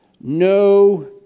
No